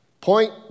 Point